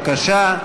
בבקשה.